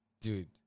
Dude